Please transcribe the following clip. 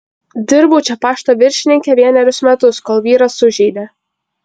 dirbau čia pašto viršininke vienerius metus kol vyras sužeidė